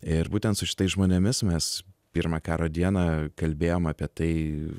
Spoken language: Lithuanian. ir būtent su šitais žmonėmis mes pirmą karo dieną kalbėjom apie tai